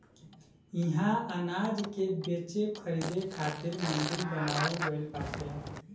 इहा अनाज के बेचे खरीदे खातिर मंडी बनावल गइल बाटे